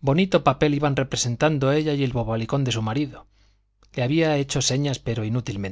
bonito papel iban representando ella y el bobalicón de su marido le había hecho señas pero inútilmente